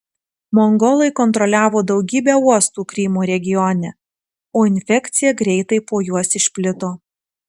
mongolai kontroliavo daugybę uostų krymo regione o infekcija greitai po juos išplito